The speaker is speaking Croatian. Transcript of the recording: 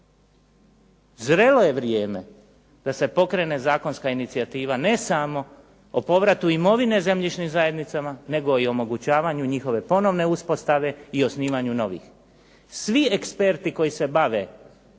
Zrelo je vrijeme da se pokrene zakonska inicijativa, ne samo o povratu imovine zemljišnim zajednicama, nego i omogućavanju njihove ponovne uspostave i osnivanju novih. Svi eksperti koji se bave